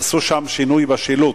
שעשו שם שינוי בשילוט.